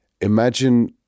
imagine